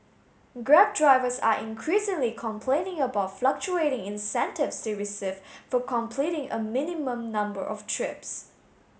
grab drivers are increasingly complaining about fluctuating incentives they receive for completing a minimum number of trips